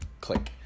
Click